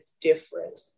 different